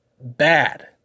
bad